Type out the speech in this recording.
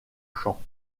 champs